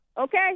Okay